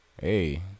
Hey